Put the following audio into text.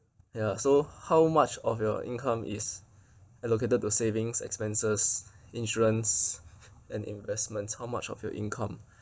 ya so how much of your income is allocated to savings expenses insurance and investments how much of your income